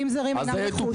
עובדים זרים אינם רכוש.